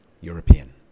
European